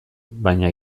baina